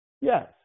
yes